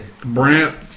Brant